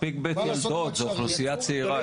מספיק בית יולדות, זו אוכלוסייה צעירה.